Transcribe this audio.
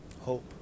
Hope